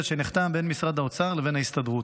שנחתם בין משרד האוצר לבין ההסתדרות.